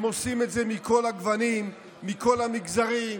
הם עושים את זה מכל הגוונים, מכל המגזרים,